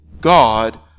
God